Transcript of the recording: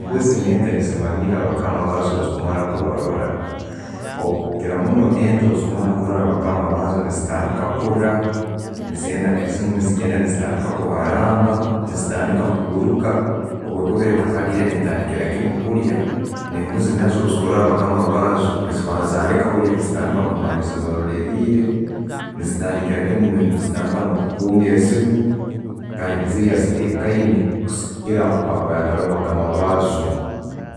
Embuuzi nente nezimanyira abakama baazo bwezikumara kubarola. Okukira muuno, ente bwezikumara kurola bakama baazo, zitandika kura, ezinmi ne'zitandika kubaramba, zitandika kuhuruka. Obwekuba etakarire ne'tandikira kiimu kulya ne'embuuzi naazo bwezikurora bakama baazo, nezileka kulya neziguma zibarorilire. Nezitandika, no'kukunga eziimu kandi ne'zirya zitekaine kusigikira nka akuba ataroho bakama baazo.